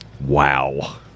Wow